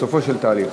בסופו של תהליך,